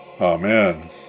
amen